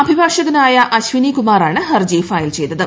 അഭിഭാഷകനായ അശ്ചിനി കുമാറാണ് ഹർജി ഫയൽ ചെയ്തത്